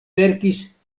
verkis